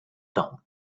town